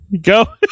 Go